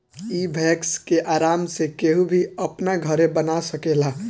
इ वैक्स के आराम से केहू भी अपना घरे बना सकेला